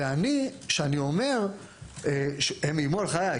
הם איימו על חיי.